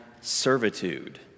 servitude